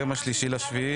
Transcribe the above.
היום ה-3 ביולי.